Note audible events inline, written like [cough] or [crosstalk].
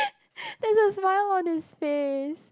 [laughs] there's a smile on his face